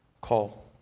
call